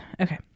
Okay